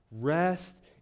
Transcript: Rest